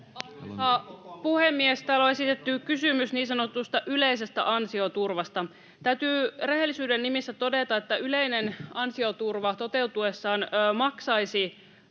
puhemies! Täällä on esitetty kysymys niin sanotusta yleisestä ansioturvasta. Täytyy rehellisyyden nimissä todeta, että yleinen ansioturva toteutuessaan maksaisi